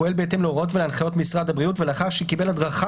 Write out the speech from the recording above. הפועל בהתאם להוראות ולהנחיות של משרד הבריאות ולאחר שקיבל הדרכה